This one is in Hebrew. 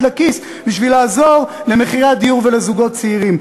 לכיס בשביל לעזור במחירי הדיור לזוגות צעירים?